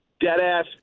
dead-ass